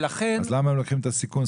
ולכן --- אז למה הם לוקחים את הסיכון?